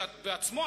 שבעצמו,